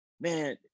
Man